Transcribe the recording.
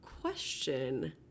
question